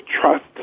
trust